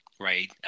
Right